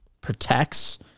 protects